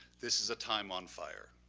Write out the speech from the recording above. this is a time on fire.